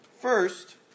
first